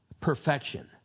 perfection